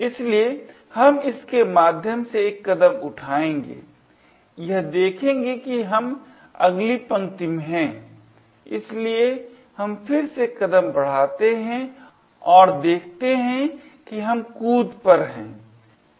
इसलिए हम इसके माध्यम से एक कदम उठाएंगे यह देखेंगे कि हम अगली पंक्ति में हैं इसलिए हम फिर से कदम बढ़ाते हैं और देखते हैं कि हम कूद पर हैं